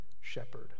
shepherd